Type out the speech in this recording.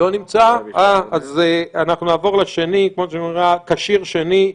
אז נעבור לכשיר השני,